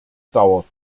dauert